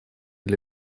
для